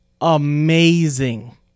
amazing